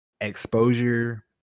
exposure